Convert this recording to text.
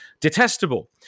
detestable